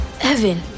Evan